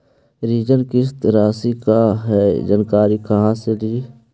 ऋण किस्त रासि का हई जानकारी कहाँ से ली?